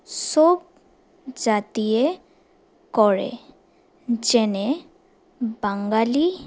চব জাতিয়ে কৰে যেনে বাঙালী